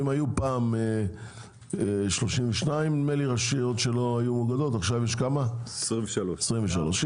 פעם היו 32 רשויות שלא היו מאוגדות ועכשיו יש 23. אם כן,